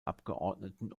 abgeordneten